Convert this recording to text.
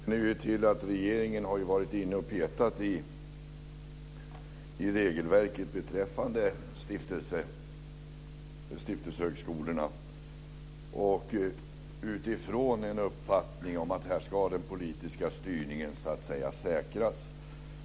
Herr talman! Vi känner till att regeringen har varit inne och petat i regelverket beträffande stiftelsehögskolorna utifrån en uppfattning om att den politiska styrningen ska säkras.